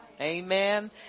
Amen